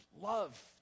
love